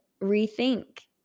rethink